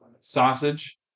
sausage